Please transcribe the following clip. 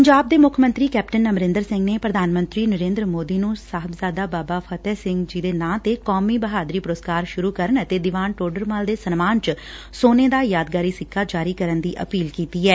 ਪੰਜਾਬ ਦੇ ਮੁੱਖ ਮੰਤਰੀ ਕੈਪਟਨ ਅਮਰੰਦਰ ਸਿੰਘ ਨੇ ਪ੍ਧਾਨ ਮੰਤਰੀ ਨਰੇਂਦਰ ਮੋਦੀ ਨੂੰ ਸਾਹਿਬਜਾਦਾ ਬਾਬਾ ਫਤਹਿ ਸਿੰਘ ਜੀ ਦੇ ਨਾਂ ਤੇ ਕੌਮੀ ਬਹਾਦਰੀ ਪੁਰਸਕਾਰ ਸੁਰੂ ਕਰਨ ਅਤੇ ਦੀਵਾਨ ਟੋਡਰ ਮੱਲ ਦੇ ਸਨਮਾਨ ਚ ਸੋਨੇ ਦਾ ਯਾਦਗਾਰੀ ਸਿੱਕਾ ਜਾਰੀ ਕਰਨ ਦੀ ਅਪੀਲ ਕੀਤੀ ਐ